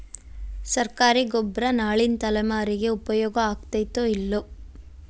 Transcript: ಸರ್ಕಾರಿ ಗೊಬ್ಬರ ನಾಳಿನ ತಲೆಮಾರಿಗೆ ಉಪಯೋಗ ಆಗತೈತೋ, ಇಲ್ಲೋ?